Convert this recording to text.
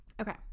Okay